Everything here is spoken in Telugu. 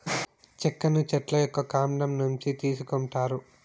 చెక్కను చెట్ల యొక్క కాండం నుంచి తీసుకొంటారు